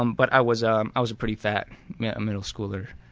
um but i was um i was a pretty fat middle schooler.